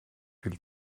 viel